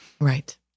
right